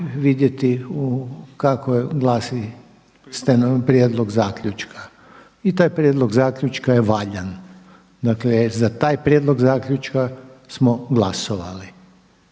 vidjeti kako glasi prijedlog zaključka i taj prijedlog zaključka je valjan. Dakle, za taj prijedlog zaključka smo glasovali.